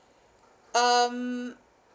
um